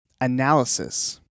analysis